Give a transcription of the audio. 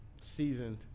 seasoned